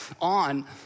on